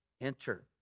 enter